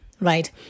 right